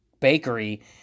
bakery